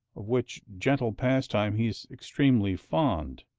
of which gentle pastime he is extremely fond.